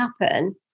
happen